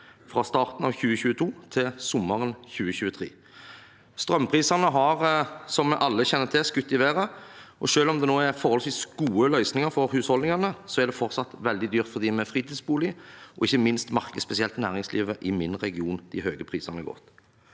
fra starten av 2022 til sommeren 2023. Strømprisene har, som vi alle kjenner til, skutt i været, og selv om det nå er forholdsvis gode løsninger for husholdningene, er det fortsatt veldig dyrt for dem med fritidsbolig, og ikke minst merker spesielt næringslivet i min region de høye prisene godt.